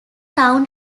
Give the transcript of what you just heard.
town